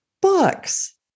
books